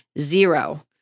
zero